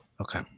Okay